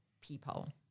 people